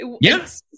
yes